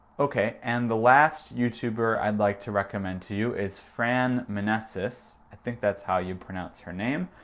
ok and the last youtuber i'd like to recommend to you is fran meneses. i think that's how you pronounce her name.